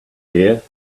here